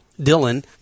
Dylan